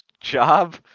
job